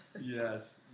Yes